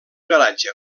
garatge